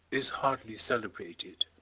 is hardly celebrated.